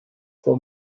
for